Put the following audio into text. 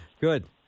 Good